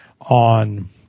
on